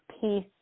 peace